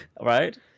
Right